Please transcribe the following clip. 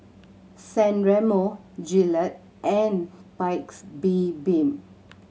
San Remo Gillette and Paik's Bibim